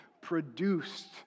produced